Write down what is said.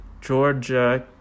Georgia